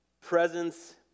presence